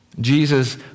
Jesus